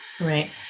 Right